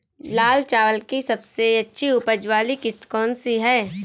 लाल चावल की सबसे अच्छी उपज वाली किश्त कौन सी है?